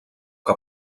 que